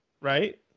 right